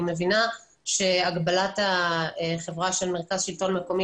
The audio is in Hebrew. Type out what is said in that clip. אני מבינה שהגבלת החברה של מרכז שלטון מקומי